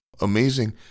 Amazing